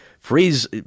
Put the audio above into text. Freeze